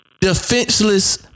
defenseless